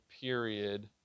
period